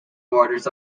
borders